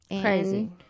Crazy